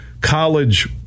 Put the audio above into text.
college